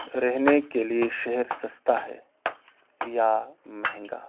رہنے کے لیے شہر سستا ہے یا مہنگا